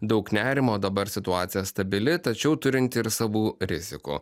daug nerimo dabar situacija stabili tačiau turinti ir savų rizikų